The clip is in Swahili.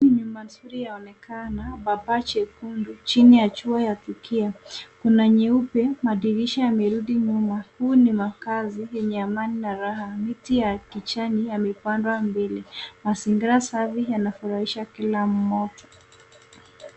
Nyumba nzuri yaonekana na paa jekundu chini ya jua . Kuna nyeupe, madirisha yamerudi nyuma .Huu ni makazi yenye amani na raha. Miti ya kijani yamepandwa mbele. Mazingira safi yanafurahisha kila mmoja.